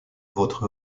votre